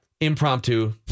Impromptu